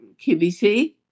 QVC